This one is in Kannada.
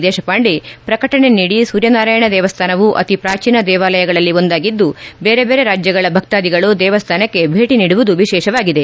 ದೇಶಪಾಂಡೆ ಪ್ರಕಟಣೆ ನೀಡಿ ಸೂರ್ಯನಾರಾಯಣ ದೇವಸ್ಥಾನವು ಅತಿ ಪ್ರಾಚೀನ ದೇವಾಲಯಗಳಲ್ಲಿ ಒಂದಾಗಿದ್ದು ಬೇರೆ ರಾಜ್ಯಗಳ ಭಕ್ತಾಧಿಗಳು ದೇವಸ್ಥಾನಕ್ಕೆ ಭೇಟಿ ನೀಡುವುದು ವಿಶೇಷವಾಗಿದೆ